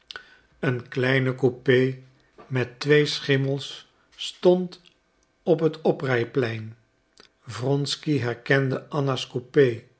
een kleine coupé met twee schimmels stond op het oprijplein wronsky herkende anna's coupé